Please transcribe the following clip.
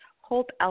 Hope